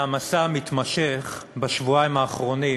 מהמסע המתמשך בשבועיים האחרונים